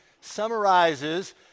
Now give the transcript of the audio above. summarizes